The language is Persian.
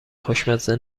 خوشمزه